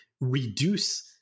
reduce